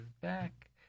back